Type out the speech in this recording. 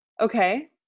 Okay